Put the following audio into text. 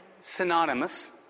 synonymous